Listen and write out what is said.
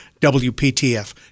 WPTF